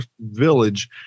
village